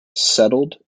settled